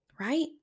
right